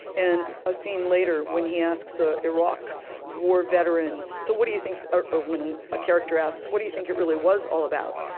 in a scene later, when he asks the iraq war veteran, so what do you think or, when a character asks, what do you think it really was all about?